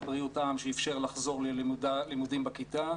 בריאות העם שאיפשר לחזור ללימודים בכיתה,